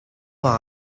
war